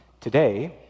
Today